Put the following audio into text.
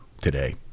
today